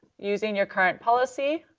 using your current policy.